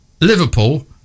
Liverpool